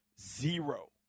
Zero